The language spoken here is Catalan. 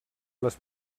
les